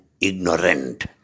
ignorant